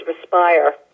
respire